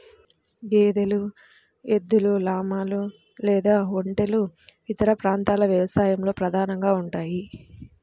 గేదెలు, ఎద్దులు, లామాలు లేదా ఒంటెలు ఇతర ప్రాంతాల వ్యవసాయంలో ప్రధానంగా ఉంటాయి